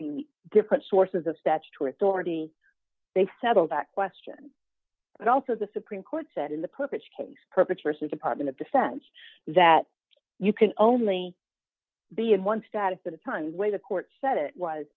the different sources of statutory authority they settled that question but also the supreme court said in the purpose case perpetrates a department of defense that you can only be in one status at a time way the court said it was